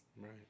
Right